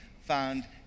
found